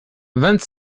vingt